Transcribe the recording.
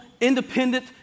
independent